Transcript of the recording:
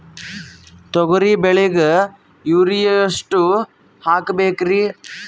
ತೊಗರಿ ಬೆಳಿಗ ಯೂರಿಯಎಷ್ಟು ಹಾಕಬೇಕರಿ?